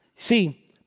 See